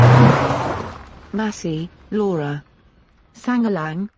omar massey, laura sangalang,